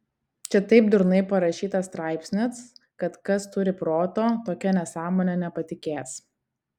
čia taip durnai parašytas straipsnis kad kas turi proto tokia nesąmone nepatikės